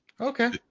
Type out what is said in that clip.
Okay